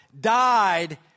died